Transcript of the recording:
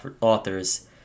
authors